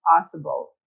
possible